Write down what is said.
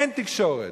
אין תקשורת.